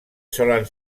solen